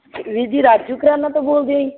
ਵੀਰ ਜੀ ਰਾਜੂ ਕਰਿਆਨਾ ਤੋਂ ਬੋਲਦੇ ਹੋ ਜੀ